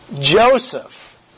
Joseph